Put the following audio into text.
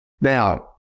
Now